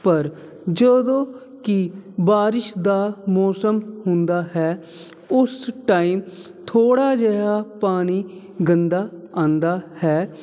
ਪਰ ਜਦੋਂ ਕਿ ਬਾਰਿਸ਼ ਦਾ ਮੌਸਮ ਹੁੰਦਾ ਹੈ ਉਸ ਟਾਈਮ ਥੋੜ੍ਹਾ ਜਿਹਾ ਪਾਣੀ ਗੰਦਾ ਆਉਂਦਾ ਹੈ